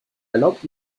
erlaubt